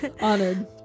Honored